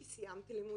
כי סיימתי לימודים,